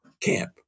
camp